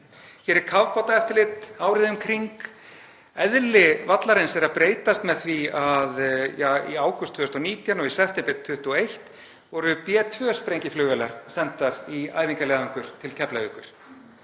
Hér er kafbátaeftirlit árið um kring. Eðli vallarins er að breytast með því að í ágúst 2019 og í september 2021 voru B-2 sprengjuflugvélar sendar í æfingaleiðangur til Keflavíkur.